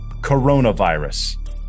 coronavirus